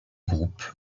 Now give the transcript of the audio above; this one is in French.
groupe